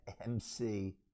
mc